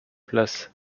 place